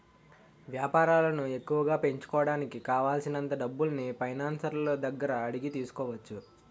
వేపారాలను ఎక్కువగా పెంచుకోడానికి కావాలిసినంత డబ్బుల్ని ఫైనాన్సర్ల దగ్గర అడిగి తీసుకోవచ్చు